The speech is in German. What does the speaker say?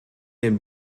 den